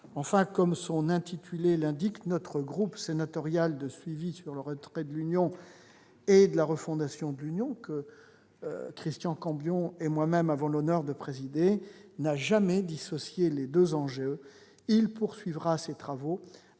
Enfin, comme son intitulé l'indique, notre groupe sénatorial de suivi sur le retrait du Royaume-Uni et la refondation de l'Union européenne, que Christian Cambon et moi-même avons l'honneur de présider, n'a jamais dissocié les deux enjeux. Il poursuivra ses travaux